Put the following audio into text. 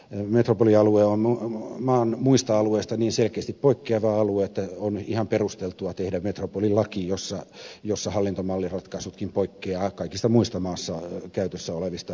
metropolialue on maan muista alueista niin selkeästi poikkeava alue että on ihan perusteltua tehdä metropolilaki jossa hallintomalliratkaisutkin poikkeavat kaikista muista maassa käytössä olevista ratkaisuista